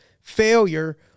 failure